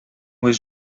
was